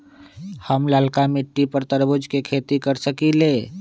हम लालका मिट्टी पर तरबूज के खेती कर सकीले?